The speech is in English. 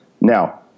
Now